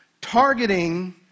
targeting